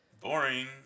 Boring